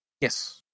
Yes